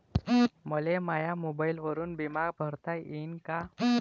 मले माया मोबाईलवरून बिमा भरता येईन का?